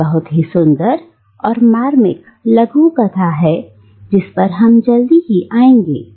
यह एक बहुत ही सुंदर और मार्मिक लघु कथा है जिस पर हम जल्दी ही आएंगे